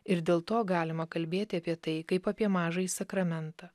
ir dėl to galima kalbėti apie tai kaip apie mažąjį sakramentą